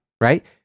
right